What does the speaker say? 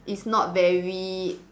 is not very